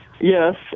Yes